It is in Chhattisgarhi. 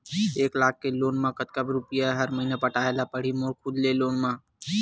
एक लाख के लोन मा कतका रुपिया हर महीना पटाय ला पढ़ही मोर खुद ले लोन मा?